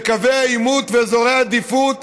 וקווי עימות ואזורי עדיפות